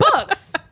books